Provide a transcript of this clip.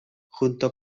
junto